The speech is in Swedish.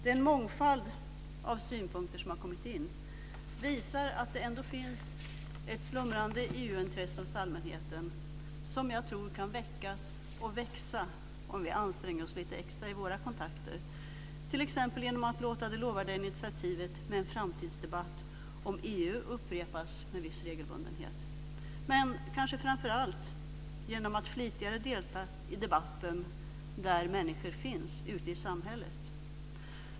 Den mångfald av synpunkter som har kommit in visar att det ändå finns ett slumrande EU-intresse hos allmänheten som jag tror kan väckas och växa om vi anstränger oss lite extra i våra kontakter, t.ex. genom att låta det lovande initiativet med en framtidsdebatt om EU upprepas med viss regelbundenhet, men kanske framför allt genom att flitigare delta i debatter där människor finns ute i samhället.